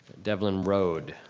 devlin road.